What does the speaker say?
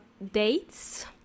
dates